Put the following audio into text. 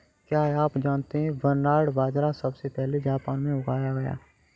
क्या आप जानते है बरनार्ड बाजरा सबसे पहले जापान में उगाया गया